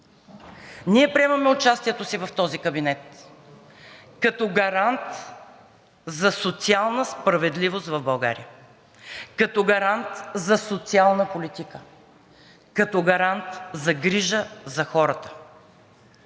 Ние приемаме участието си в този кабинет като гарант за социална справедливост в България, като гарант за социална политика, като гарант за грижа за хората.